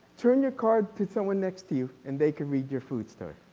turn your cards to someone next to you and they can read your food story.